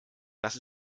das